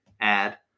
Add